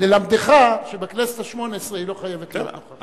ללמדך שבכנסת השמונה-עשרה היא לא חייבת להיות נוכחת.